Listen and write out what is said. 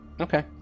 Okay